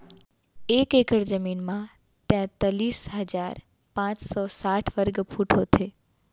एक एकड़ जमीन मा तैतलीस हजार पाँच सौ साठ वर्ग फुट होथे